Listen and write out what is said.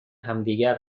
همدیگر